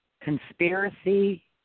conspiracy